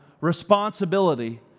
responsibility